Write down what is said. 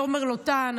תומר לוטן,